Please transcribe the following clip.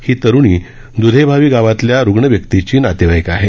ही तरुणी द्धेभावी गावातल्या रुग्ण व्यक्तीची नातेवाईक आहे